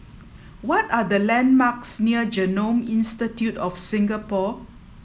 what are the landmarks near Genome Institute of Singapore